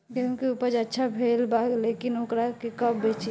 गेहूं के उपज अच्छा भेल बा लेकिन वोकरा के कब बेची?